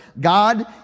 God